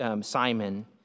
Simon